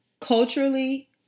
culturally